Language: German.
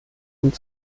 und